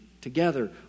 together